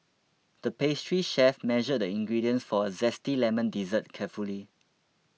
the pastry chef measured the ingredients for a Zesty Lemon Dessert carefully